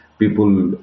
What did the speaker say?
People